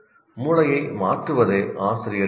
மூளையை மாற்றுவதே ஆசிரியரின் வேலை